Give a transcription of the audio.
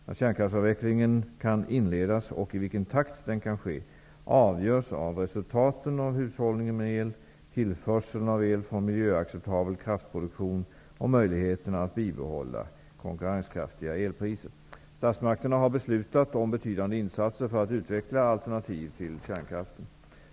När kärnkraftsavvecklingen kan inledas och i vilken takt den kan ske avgörs av resultaten av hushållningen med el, tillförseln av el från miljöacceptabel kraftproduktion och möjligheterna att bibehålla konkurrenskraftiga elpriser. Statsmakterna har beslutat om betydande insatser för att utveckla alternativ till kärnkraften.